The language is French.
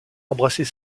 embrasser